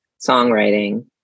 songwriting